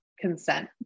consent